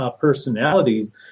personalities